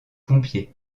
pompiers